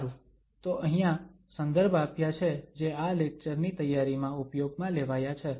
સારુ તો અહીંયા સંદર્ભ આપ્યા છે જે આ લેક્ચરની તૈયારીમાં ઉપયોગ માં લેવાયા છે